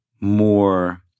more